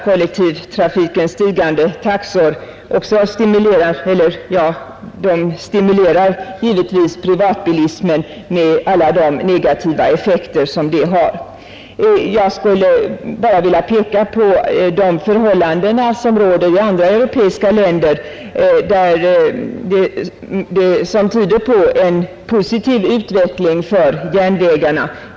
Kollektivtrafikens stigande taxor stimulerar privatbilismen, med de negativa effekter som detta har. Jag vill här erinra om de förhållanden som råder i andra europeiska länder och som tyder på en positiv utveckling för järnvägarna.